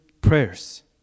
prayers